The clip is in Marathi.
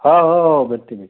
हां हो हो भेटतील भेटतील